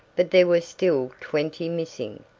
but there were still twenty missing.